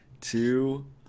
two